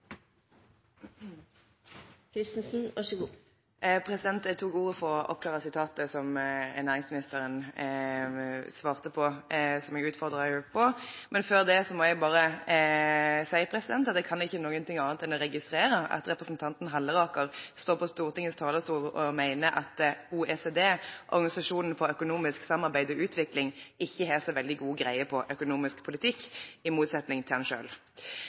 Jeg tok ordet for å oppklare sitatet som jeg utfordret næringsministeren på, og som hun svarte på. Men før det må jeg bare si at jeg kan ikke noe annet enn å registrere at representanten Halleraker står på Stortingets talerstol og mener at OECD, Organisasjonen for økonomisk samarbeid og utvikling, ikke har så veldig god greie på økonomisk politikk, i motsetning til han